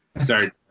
Sorry